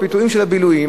הפיתויים של הבילויים,